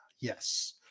Yes